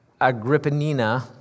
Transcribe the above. Agrippinina